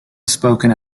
spoken